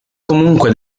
comunque